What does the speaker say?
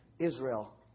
Israel